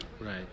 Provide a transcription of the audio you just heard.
Right